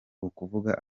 ukuvuga